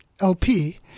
LP